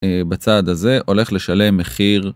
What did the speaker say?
בצד הזה הולך לשלם מחיר.